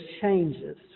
changes